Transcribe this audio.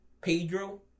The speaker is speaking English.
Pedro